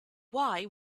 why